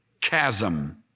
chasm